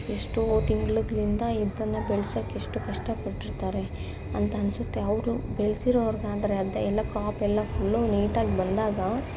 ಎಷ್ಟೋ ತಿಂಗಳುಗಳಿಂದ ಇದನ್ನು ಬೆಳ್ಸೋಕ್ಕೆ ಎಷ್ಟು ಕಷ್ಟಪಟ್ಟಿರ್ತಾರೆ ಅಂತನ್ಸುತ್ತೆ ಅವರು ಬೆಳೆಸಿರೋವಾಗ ಅಂದರೆ ಅದೇ ಎಲ್ಲ ಕ್ರಾಪೆಲ್ಲ ಫುಲ್ಲು ನೀಟಾಗಿ ಬಂದಾಗ